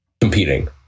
competing